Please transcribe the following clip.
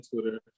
Twitter